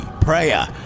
Prayer